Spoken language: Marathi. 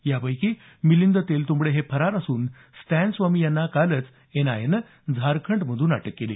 यापैकी मिलिंद तेलतुंबडे फरार असून स्टॅन स्वामी यांना कालच एनआयएनं झारखंडमधून अटक केली